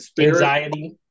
anxiety